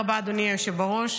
תודה רבה, אדוני היושב בראש.